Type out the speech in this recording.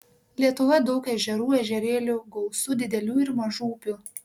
lietuvoje daug ežerų ežerėlių gausu didelių ir mažų upių